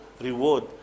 reward